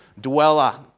dweller